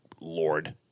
Lord